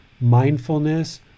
mindfulness